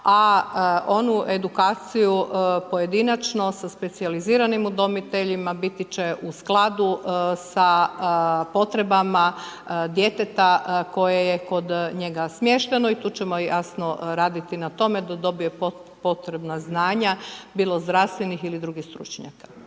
a onu edukaciju, pojedinačno sa specijaliziranim udomiteljima, biti će u skladu sa potrebama djeteta, koje je kod njega smješteno i tu ćemo jasno raditi na tome, da dobije potrebna znanja, bilo zdravstvenih ili drugih stručnjaka.